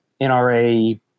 NRA